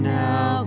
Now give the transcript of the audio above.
now